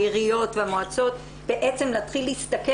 העיריות והמועצות בעצם להתחיל להסתכל